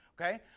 Okay